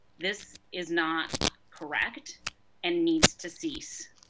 this is not correct and needs to cease.